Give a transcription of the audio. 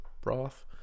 broth